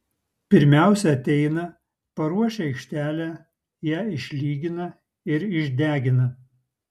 pirmiausia ateina paruošia aikštelę ją išlygina ir išdegina